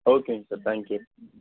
ஓகேங்க sir thank you